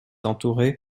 entouré